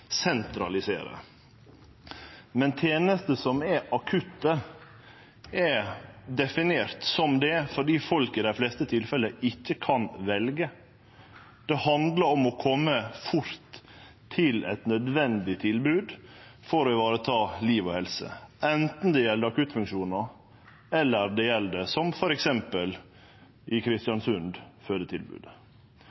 sentralisere. Men tenester som er akutte, er definerte som det fordi folk i dei fleste tilfella ikkje kan velje. Det handlar om å kome fort til eit nødvendig tilbod for å vareta liv og helse, anten det gjeld akuttfunksjonar eller det gjeld, som f.eks. i